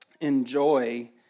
enjoy